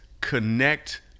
connect